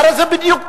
הרי זה בדיוק תפקידכם,